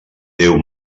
déu